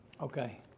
Okay